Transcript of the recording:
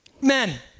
Men